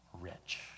rich